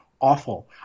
awful